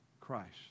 Christ